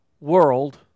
world